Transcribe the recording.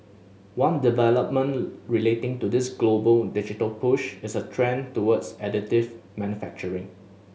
one development relating to this global digital push is a trend towards additive manufacturing